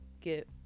get